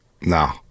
No